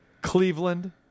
Cleveland